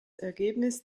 ergebnis